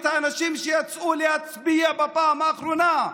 האנשים שיצאו להצביע בפעם האחרונה.